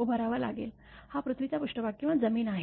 उभारावा लागेल हा पृथ्वीचा पृष्ठभाग किंवा जमीन आहे